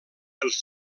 els